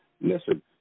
Listen